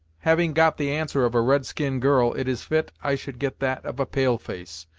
having got the answer of a red-skin girl, it is fit i should get that of a pale-face,